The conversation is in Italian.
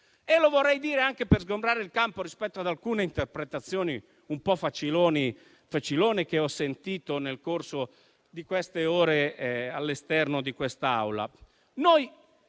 Lo vorrei dire anche per sgombrare il campo rispetto ad alcune interpretazioni un po' facilone che ho sentito nel corso di queste ore all'esterno di quest'Aula. Noi